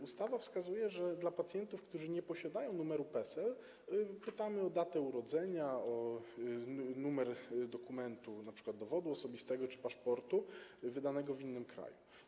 Ustawa wskazuje, że pacjentów, którzy nie posiadają numeru PESEL, pytamy o datę urodzenia, o numer dokumentu, np. dowodu osobistego czy paszportu wydanego w innym kraju.